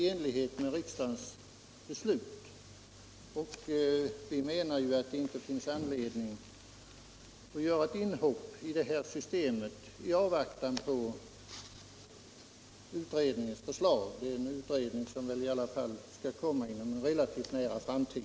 Utskottsmajoriteten anser att det inte finns anledning att göra ett inhopp i det systemet medan vi väntar på förslag från den utredning som pågår och som väl skall bli färdig inom i varje fall en relativt snar framtid.